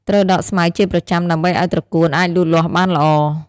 ត្រូវដកស្មៅជាប្រចាំដើម្បីឲ្យត្រកួនអាចលូតលាស់បានល្អ។